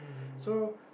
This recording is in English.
so